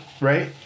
right